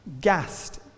gassed